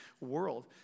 world